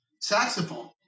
saxophone